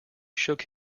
shook